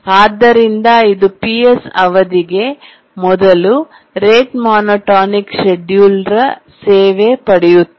ಆದ್ದರಿಂದ ಇದು Ps ಅವಧಿಗೆ ಮೊದಲು ರೇಟ್ ಮೋನೋಟೋನಿಕ್ ಶೆಡ್ಯೂಲ್ ರ್ ಸೇವೆ ಪಡೆಯುತ್ತದೆ